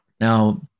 Now